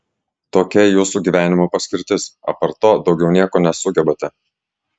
tokia jūsų gyvenimo paskirtis apart to daugiau nieko nesugebate